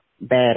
bad